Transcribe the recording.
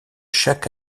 chaque